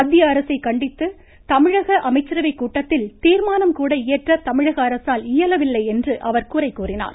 மத்திய அரசை கண்டித்து தமிழக அமைச்சரவைக் கூட்டத்தில் தீர்மானம் கூட இயற்ற தமிழக அரசால் இயலவில்லை என்று அவர் குறை கூறினார்